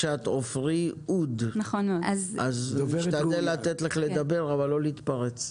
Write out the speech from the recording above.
עפרי אוד, נשתדל לתת לך לדבר, אבל לא להתפרץ.